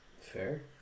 fair